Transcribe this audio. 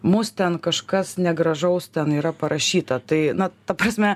mus ten kažkas negražaus ten yra parašyta tai na ta prasme